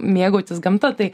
mėgautis gamta tai